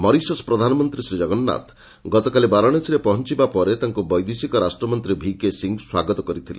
Mauritius ପ୍ରଧାନମନ୍ତ୍ରୀ ଶ୍ରୀ ଜଗନ୍ନାଥ ଗତକାଲି ବାରାଣସୀରେ ପହଞ୍ଚବା ପରେ ତାଙ୍କୁ ବୈଦେଶିକ ରାଷ୍ଟ୍ରମନ୍ତ୍ରୀ ଭିକେ ସିଂ ସ୍ୱାଗତ କରିଥିଲେ